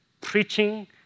preaching